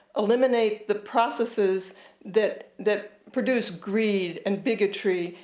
eliminate the processes that that produce greed, and bigotry,